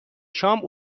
شام